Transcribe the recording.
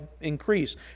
increase